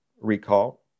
recall